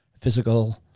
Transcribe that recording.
physical